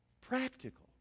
practical